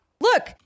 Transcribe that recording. look